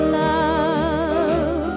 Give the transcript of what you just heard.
love